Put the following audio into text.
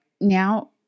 now